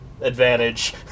advantage